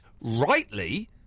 rightly